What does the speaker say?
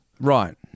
right